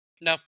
No